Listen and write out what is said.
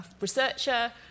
researcher